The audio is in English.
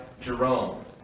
Jerome